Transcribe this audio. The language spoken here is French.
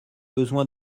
besoin